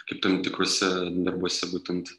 kaip tam tikruose darbuose būtent